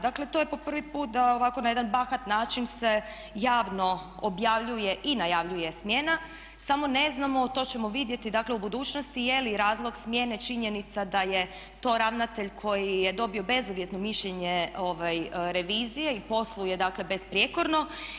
Dakle, to je po prvi put da ovako na jedan bahat način se javno objavljuje i najavljuje smjena, samo ne znamo to ćemo vidjeti, dakle u budućnosti je li razlog smjene činjenica da je to ravnatelj koji je dobio bezuvjetno mišljenje revizije i posluje, dakle besprijekorno.